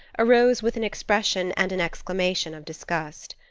arose with an expression and an exclamation of disgust.